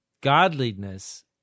godliness